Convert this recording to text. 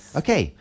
okay